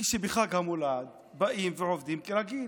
כשבחג המולד באים ועובדים כרגיל.